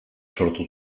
sortu